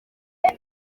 ari